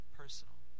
personal